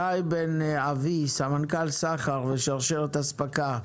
שי בן אבי, סמנכ"ל סחר ושרשרת אספקה,